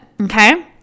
okay